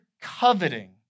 coveting